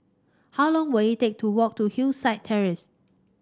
how long will it take to walk to Hillside Terrace